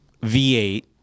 V8